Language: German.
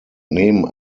neben